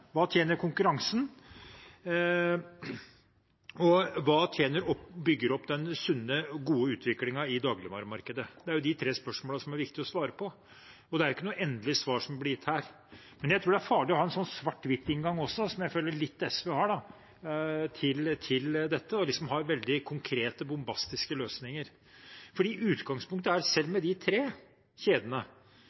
hva tjener konkurransen, og hva bygger opp den sunne, gode utviklingen i dagligvaremarkedet? Det er de tre spørsmålene som det er viktig å svare på. Det er ikke noe endelig svar som blir gitt her, men jeg tror det er farlig å ha en svart-hvitt-inngang til dette, som jeg føler litt at SV har, med veldig konkrete, bombastiske løsninger. For utgangspunktet er, selv med de tre kjedene,